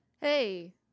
Hey